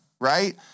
right